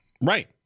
Right